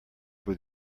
were